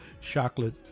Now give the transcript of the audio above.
chocolate